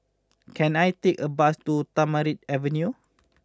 can I take a bus to Tamarind Avenue